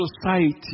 society